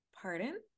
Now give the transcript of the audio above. pardon